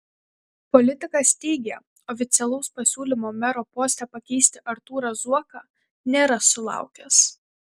politikas teigė oficialaus pasiūlymo mero poste pakeisti artūrą zuoką nėra sulaukęs